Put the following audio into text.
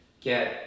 get